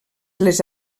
les